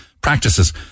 practices